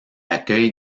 accueille